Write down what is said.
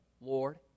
Lord